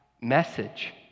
message